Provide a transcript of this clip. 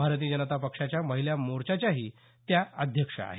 भारतीय जनता पक्षाच्या महिला मोर्चाच्याही त्या अध्यक्ष आहेत